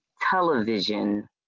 television